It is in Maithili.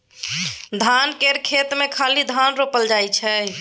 धान केर खेत मे खाली धान रोपल जाइ छै